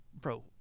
Bro